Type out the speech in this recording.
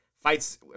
Fights